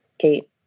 kate